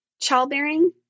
childbearing